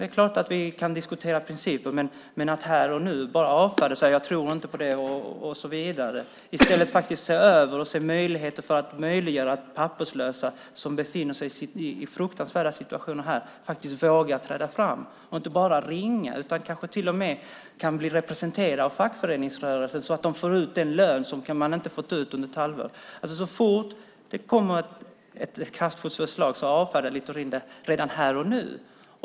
Det är klart att vi kan diskutera principen, men Littorin avfärdar det här och nu och säger att han inte tror på det och så vidare, i stället för att se över detta och möjliggöra att papperslösa som befinner sig i fruktansvärda situationer vågar träda fram och inte bara ringer, utan kanske till och med kan bli representerade av fackföreningsrörelsen, så att de får ut den lön som de inte fått ut under ett halvår. Så fort det kommer ett kraftfullt förslag avfärdar Littorin det här och nu.